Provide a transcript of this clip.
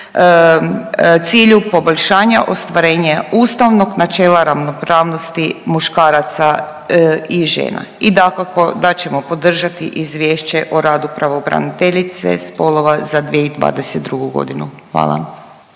cilju poboljšanja ostvarenja ustavnog načela ravnopravnosti muškaraca i žena i dakako da ćemo podržati izvješće o radu Pravobraniteljice spolova za 2022. godinu. Hvala.